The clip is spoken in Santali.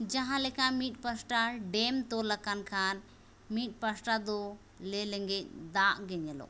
ᱡᱟᱦᱟᱸᱞᱮᱠᱟ ᱢᱤᱫ ᱯᱟᱥᱴᱟ ᱰᱮᱢ ᱛᱚᱞᱟᱠᱟᱱ ᱠᱷᱟᱱ ᱢᱤᱫ ᱯᱟᱥᱴᱟᱫᱚ ᱞᱮᱻᱞᱮᱸᱜᱮᱡ ᱫᱟᱜ ᱜᱮ ᱧᱮᱞᱚᱜ ᱠᱟᱱᱟ